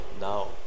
now